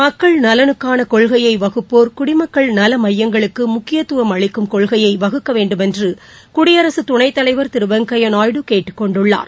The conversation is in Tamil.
மக்கள் நலனுக்கானகொள்கையைவகுப்போர் குடிமக்கள் நலமையங்களுக்குமுக்கியத்துவம் அளிக்கும் கொள்கையைவகுக்கவேண்டுமென்றுகுடியரசுதனைத்தலைவர் திருவெங்கையாநாயுடு கேட்டுக் கொண்டுள்ளார்